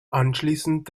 anschließend